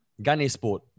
Ganesport